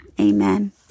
Amen